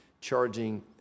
charging